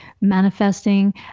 manifesting